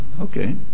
okay